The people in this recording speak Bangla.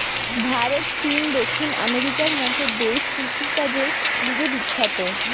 ভারত, চীন, দক্ষিণ আমেরিকার মত দেশ কৃষিকাজের লিগে বিখ্যাত